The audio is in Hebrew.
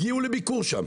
הגיעו לביקור שם.